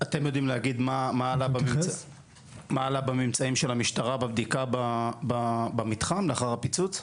אתם יודעים להגיד מה עלה בממצאים של המשטרה בבדיקה במתחם לאחר הפיצוץ?